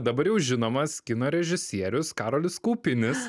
dabar jau žinomas kino režisierius karolis kaupinis